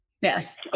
yes